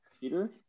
Peter